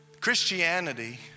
Christianity